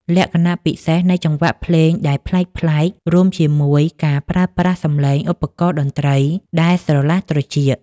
លក្ខណៈពិសេសនៃចង្វាក់ភ្លេងដែលប្លែកៗ រួមជាមួយការប្រើប្រាស់សំឡេងឧបករណ៍តន្ត្រីដែលស្រឡះត្រចៀក